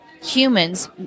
humans